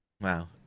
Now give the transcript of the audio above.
Wow